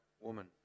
woman